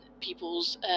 people's